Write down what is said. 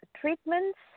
treatments